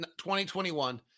2021